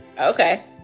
okay